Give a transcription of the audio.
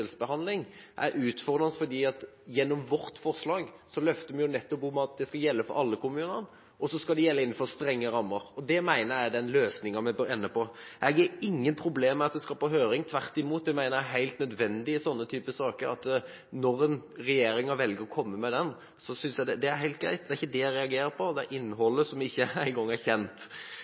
forskjellsbehandling, er utfordrende, fordi vi – gjennom vårt forslag – løfter fram at dette nettopp skal gjelde for alle kommunene, og det skal gjelde innenfor strenge rammer. Det mener jeg er løsningen vi bør ende på. Jeg har ingen problemer med at dette skal på høring. Tvert imot – jeg mener det er helt nødvendig i denne typen saker, når regjeringen velger å komme med dette. Det synes jeg er helt greit. Det er ikke det jeg reagerer på. Jeg reagerer på innholdet, som ikke engang er kjent.